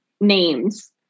names